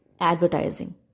advertising